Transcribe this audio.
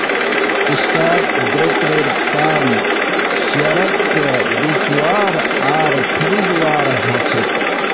stock ब्रोकरेर काम शेयरक बेचवार आर खरीदवार ह छेक